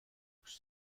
دوست